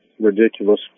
ridiculous